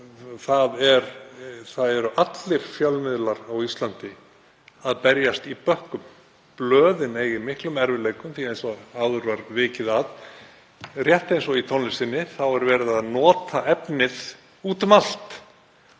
og allir fjölmiðlar á Íslandi berjast í bökkum. Blöðin eiga í miklum erfiðleikum, því að eins og áður var vikið að, rétt eins og í tónlistinni, er verið að nota efnið út um allt.